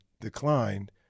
declined